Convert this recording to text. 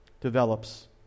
develops